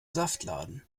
saftladen